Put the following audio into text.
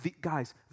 Guys